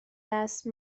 دست